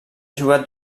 jugat